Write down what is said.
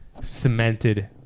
cemented